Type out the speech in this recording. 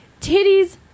Titties